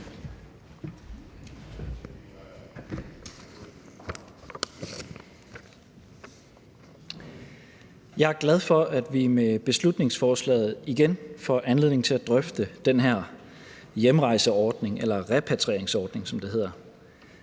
Jeg er glad for, at vi med beslutningsforslaget igen får anledning til at drøfte den her hjemrejseordning eller repatrieringsordning, som det hedder.